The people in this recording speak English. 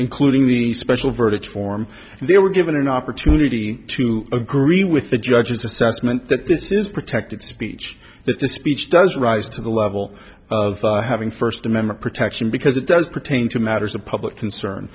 including the special verdict form they were given an opportunity to agree with the judge's assessment that this is protected speech that the speech does rise to the level of having first amendment protection because it does pertain to matters of public concern